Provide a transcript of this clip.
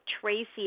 Tracy